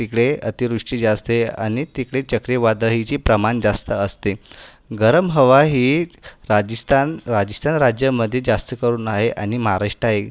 तिकडे अतिवृष्टी जास्त आहे आणी तिकडे चक्रीवादळाचे प्रमाण जास्त असते गरम हवा ही राजस्थान राजस्थान राज्यामध्ये जास्त करून आहे आणि महाराष्ट्र आहे